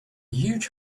huge